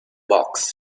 box